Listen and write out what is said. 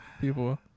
people